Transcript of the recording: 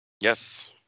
Yes